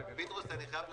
אני פותח את הישיבה.